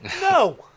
No